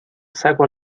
saco